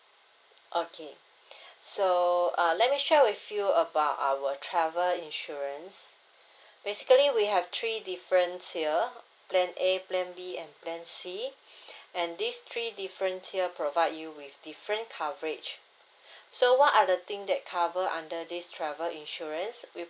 okay so uh let me share with you about our travel insurance basically we have three different tier plan A plan B and plan C and these three different tier provide you with different coverage so what are the thing that cover under this travel insurance we